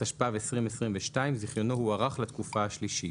התשפ"ב 2022, זיכיונו הוארך לתקופה השלישית,